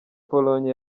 pologne